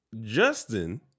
justin